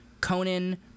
Conan